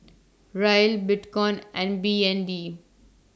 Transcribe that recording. Riel Bitcoin and B N D